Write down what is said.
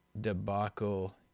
debacle